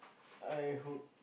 I hope